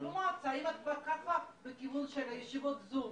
אם את בכיוון של ישיבות זום